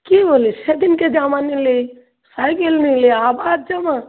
কি বলিস সেদিনকে জামা নিলি সাইকেল নিলি আবার জামা